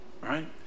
right